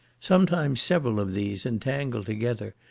sometimes several of these, entangled together,